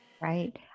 Right